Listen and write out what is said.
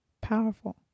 powerful